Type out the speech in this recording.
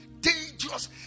dangerous